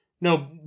No